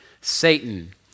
Satan